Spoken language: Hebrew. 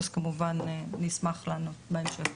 אני כמובן אשמח לענות בהמשך.